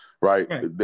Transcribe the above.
right